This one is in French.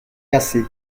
cassé